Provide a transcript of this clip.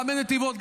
גם בנתיבות,